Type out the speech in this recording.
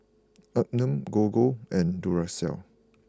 Anmum Gogo and Duracell